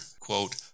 quote